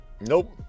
Nope